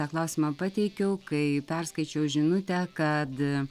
tą klausimą pateikiau kai perskaičiau žinutę kad